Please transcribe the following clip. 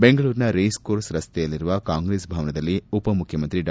ಬೆಂಗಳೂರಿನ race course ರಸ್ತೆಯಲ್ಲಿರುವ ಕಾಂಗ್ರೆಸ್ ಭವನದಲ್ಲಿ ಉಪಮುಖ್ಕಮಂತ್ರಿ ಡಾ